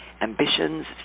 ambitions